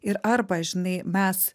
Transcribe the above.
ir arba žinai mes